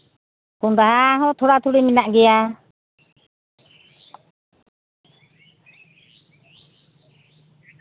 ᱠᱚᱸᱰᱷᱟ ᱦᱚᱸ ᱛᱷᱚᱲᱟᱼᱛᱷᱩᱲᱤ ᱢᱮᱱᱟᱜ ᱟᱠᱟᱫ ᱜᱮᱭᱟ